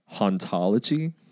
ontology